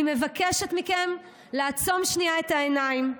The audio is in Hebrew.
אני מבקשת מכם לעצום שנייה את העיניים,